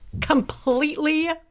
completely